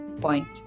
point